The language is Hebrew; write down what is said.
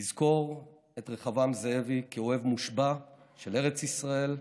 נזכור את רחבעם זאבי כאוהב מושבע של ארץ ישראל,